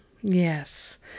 yes